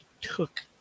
took